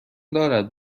دارد